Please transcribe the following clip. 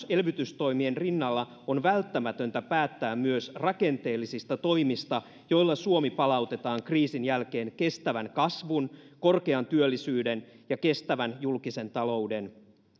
elvytystoimien rinnalla on välttämätöntä päättää myös rakenteellisista toimista joilla suomi palautetaan kriisin jälkeen kestävän kasvun korkean työllisyyden ja kestävän julkisen talouden